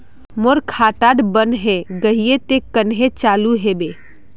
मोर खाता डा बन है गहिये ते कन्हे चालू हैबे?